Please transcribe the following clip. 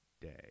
day